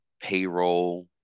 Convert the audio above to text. payroll